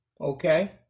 okay